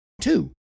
Two